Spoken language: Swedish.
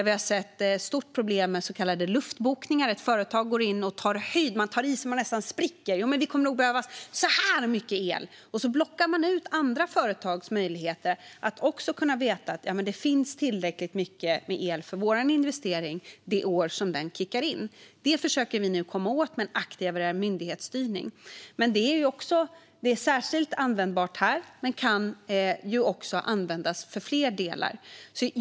Vi har sett stora problem med så kallade luftbokningar, där företag går in och tar höjd så att de nästan spricker och säger att de kommer att behöva väldigt mycket el och då blockar ut andra företags möjligheter att veta att det finns tillräckligt mycket el för deras investering det år den kickar in. Det försöker vi nu komma åt med en aktivare myndighetsstyrning. Det är särskilt användbart här, men det kan också användas för fler delar.